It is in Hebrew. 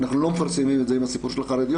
אנחנו לא מפרסמים את זה עם הסיפור של החרדיות